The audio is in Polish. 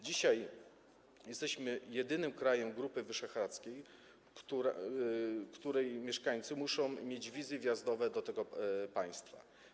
Dzisiaj jesteśmy jedynym krajem Grupy Wyszehradzkiej, której mieszkańcy muszą mieć wizy wjazdowe do tego państwa.